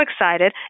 excited